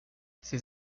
ses